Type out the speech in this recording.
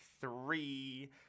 three